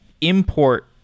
import